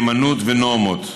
מהימנות ונורמות,